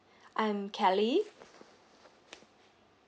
I'm kelly